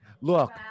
look